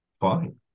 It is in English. Fine